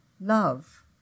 love